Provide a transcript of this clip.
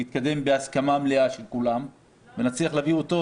יתקדם בהסכמה מלאה של כולם ונצליח להביא אותו